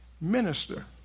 minister